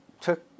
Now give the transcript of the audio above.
took